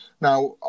Now